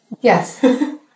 Yes